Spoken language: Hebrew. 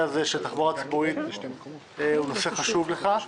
הזה של תחבורה ציבורית הוא נושא חשוב לך.